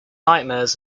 nightmares